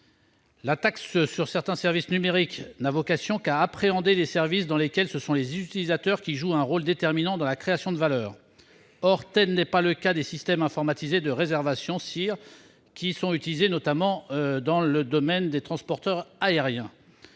La taxe sur certains services numériques n'a vocation qu'à appréhender les services dans lesquels ce sont les utilisateurs qui jouent un rôle déterminant dans la création de valeur. Or tel n'est pas le cas des systèmes informatisés de réservation, utilisés notamment dans le domaine des transporteurs aériens.